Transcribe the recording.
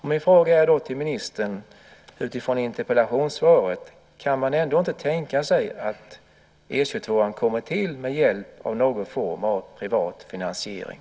Min fråga till ministern är: Kan man inte utifrån interpellationssvaret ändå tänka sig att E 22:an kommer till med hjälp av någon form av privat finansiering?